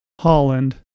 Holland